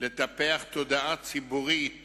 לטפח תודעה ציבורית